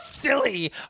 Silly